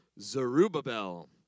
Zerubbabel